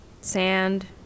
Sand